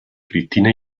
christina